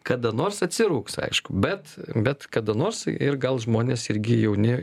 kada nors atsirūgs aišku bet bet kada nors ir gal žmonės irgi jauni